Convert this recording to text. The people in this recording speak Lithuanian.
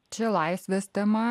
čia laisvės tema